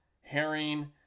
herring